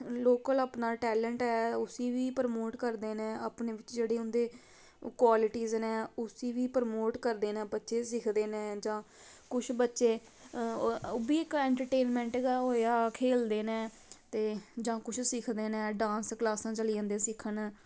local अपना talent ऐ उसी बी परमोट करदे न अपने बिच जेह्ड़ उं'दे कवालटिस न उसी बी परमोट करदे बच्चे सिखदे नै जां कुछ बच्चे ओह्बी इक एन्टरटेंनमैंट गेै होआ खेलदे न ते जां कुछ सिखदे न डान्स क्लासां चली जंदे सिक्खन